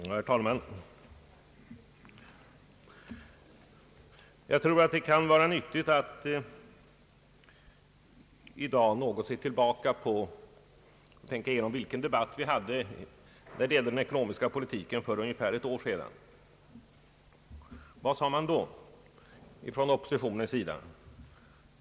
Herr talman! Jag tror att det kan vara nyttigt att i dag något se tillbaka på och tänka igenom vilken debatt vi förde beträffande den ekonomiska politiken för ungefär ett år sedan. Vad sade man då från oppositionens sida?